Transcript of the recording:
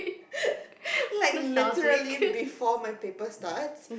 like literally before my paper starts